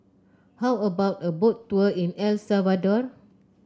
how about a Boat Tour in El Salvador